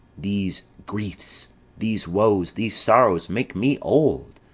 these griefs these woes, these sorrows make me old.